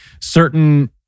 certain